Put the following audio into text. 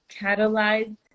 catalyzed